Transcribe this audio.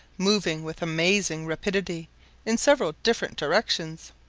moving with amazing rapidity in several different directions.